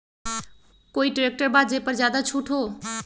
कोइ ट्रैक्टर बा जे पर ज्यादा छूट हो?